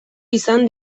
izan